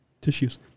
tissues